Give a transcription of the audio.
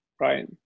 Right